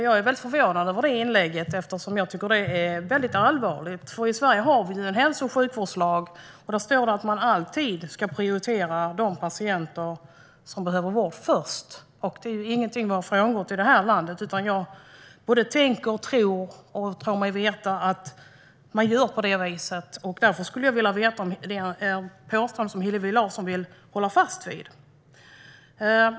Jag är förvånad över inlägget och tycker att det är allvarligt, för i Sverige har vi ju en hälso och sjukhuslag där det står att man alltid ska prioritera de patienter som behöver vård först. Det är ju ingenting som vi har frångått i det här landet, utan jag tänker och tror mig veta att man gör på det viset. Därför skulle jag vilja veta om det är ett påstående som Hillevi Larsson vill stå fast vid.